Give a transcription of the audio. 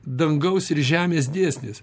dangaus ir žemės dėsnis